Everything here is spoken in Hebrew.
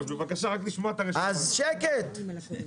שקט .